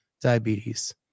diabetes